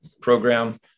program